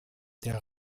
der